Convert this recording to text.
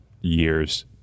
years